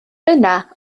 yna